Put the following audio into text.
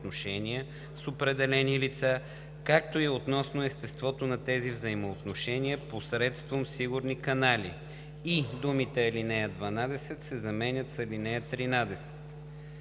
с определени лица, както и относно естеството на тези взаимоотношения, посредством сигурни канали“ и думите „ал. 12“ се заменят с „ал. 13“.“